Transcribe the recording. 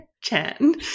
Chan